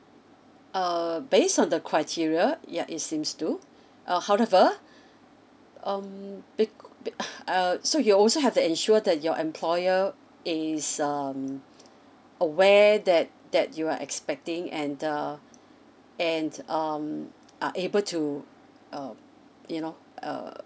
uh based on the criteria yeah it seems to uh however um be be uh so you also have to ensure that your employer is um aware that that you are expecting and the and um are able to um you know uh